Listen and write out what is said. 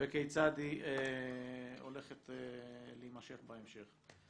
וכיצד היא הולכת להימשך בהמשך.